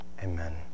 Amen